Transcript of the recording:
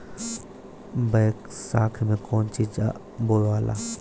बैसाख मे कौन चीज बोवाला?